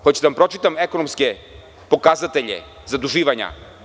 Hoćete da vam pročitam ekonomske pokazatelje zaduživanja?